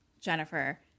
Jennifer